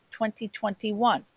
2021